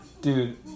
Dude